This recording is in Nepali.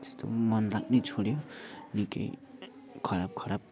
त्यस्तो मन लाग्नै छोड्यो निकै खराब खराब